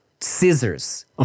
Scissors